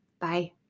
Bye